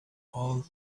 all